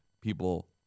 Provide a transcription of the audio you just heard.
people